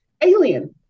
alien